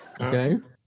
Okay